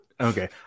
Okay